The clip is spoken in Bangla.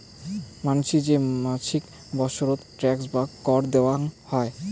মানসি যে মাছিক বৎসর ট্যাক্স বা কর দেয়াং হই